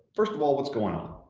first of all, what's going on?